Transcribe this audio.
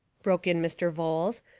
broke in mr. vholes,